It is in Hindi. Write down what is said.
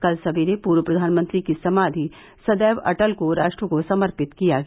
कल सवेरे पूर्व प्रधानमंत्री की समाधि सदैव अटल को राष्ट्र को समर्पित किया गया